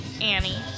Annie